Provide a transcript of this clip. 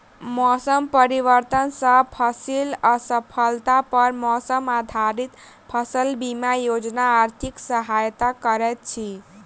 मौसम परिवर्तन सॅ फसिल असफलता पर मौसम आधारित फसल बीमा योजना आर्थिक सहायता करैत अछि